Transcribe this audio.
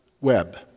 web